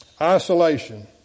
Isolation